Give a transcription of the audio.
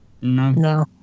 No